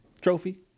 Trophy